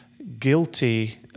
guilty